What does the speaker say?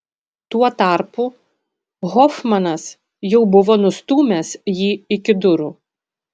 tuo tarpu hofmanas jau buvo nustūmęs jį iki durų